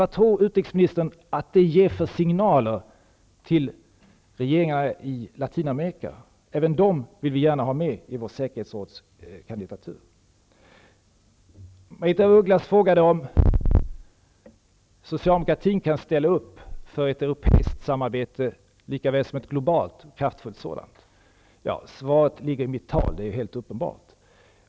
Vad tror utrikesministern att det ger för signaler till regeringarna i Latinamerika? Även dessa länder vill vi gärna ha med i vår säkerhetsrådskandidatur. Margaretha af Ugglas frågade om socialdemokratin kan ställa upp för ett europeiskt samarbete lika väl som för ett globalt och kraftfullt sådant. Svaret fanns med i mitt huvudanförande. Det är helt uppenbart.